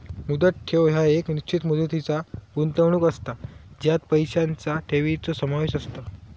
मुदत ठेव ह्या एक निश्चित मुदतीचा गुंतवणूक असता ज्यात पैशांचा ठेवीचो समावेश असता